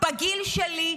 בגיל שלי,